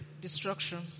Destruction